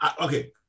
okay